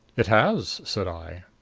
it has, said i.